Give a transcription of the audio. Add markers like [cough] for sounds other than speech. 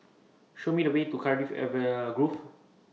Show Me The Way to Cardifi [unintelligible] Grove